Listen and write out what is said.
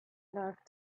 love